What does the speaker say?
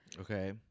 Okay